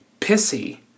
pissy